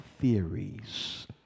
theories